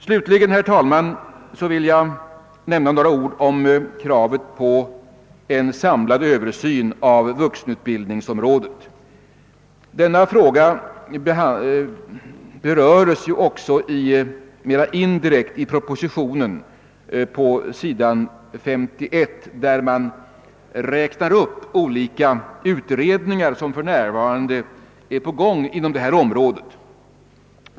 Slutligen, herr talman, vill jag nämna något om kravet på en samlad översyn av vuxenutbildningsområdet. Denna fråga berörs också mera indirekt i propositionen, där man på sidan 51 räknar upp olika utredningar som för närvarande pågår inom detta område.